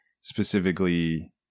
specifically